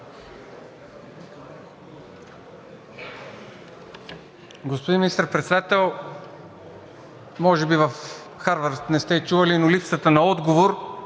Господин Министър председател, може би в Харвард не сте чували, но липсата на отговор